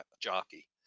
jockey